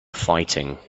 fighting